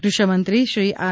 કૃષિ મંત્રી શ્રી આર